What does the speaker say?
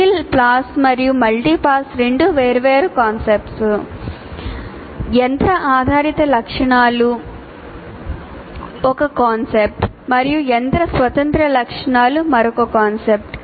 single pass మరియు multi pass రెండు వేర్వేరు కాన్సెప్ట్లు యంత్ర ఆధారిత లక్షణాలు ఒక కాన్సెప్ట్ మరియు యంత్ర స్వతంత్ర లక్షణాలు మరొక కాన్సెప్ట్